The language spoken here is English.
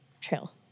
trail